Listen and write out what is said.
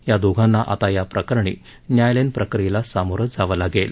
या दोघांना आता या प्रकरणी न्यायालयीन प्रक्रियेला सामोर जावं लागेल